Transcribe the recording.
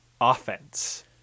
offense